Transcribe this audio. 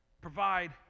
provide